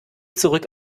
zurück